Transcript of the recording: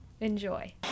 Enjoy